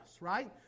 right